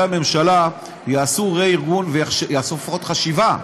הממשלה יעשו רה-ארגון ויעשו לפחות חשיבה,